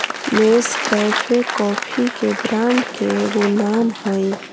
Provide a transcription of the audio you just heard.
Nescafe coffee के brand के एगो नाम हई